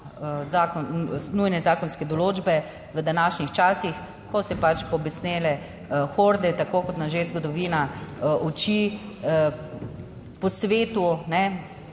nujne zakonske določbe v današnjih časih, ko se pač pobesnele horde, tako kot nas že zgodovina uči, po svetu smo